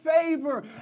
favor